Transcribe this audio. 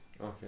okay